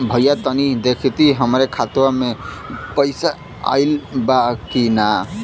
भईया तनि देखती हमरे खाता मे पैसा आईल बा की ना?